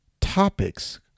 topics